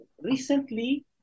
Recently